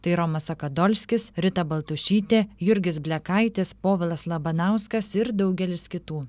tai romas sakadolskis rita baltušytė jurgis blekaitis povilas labanauskas ir daugelis kitų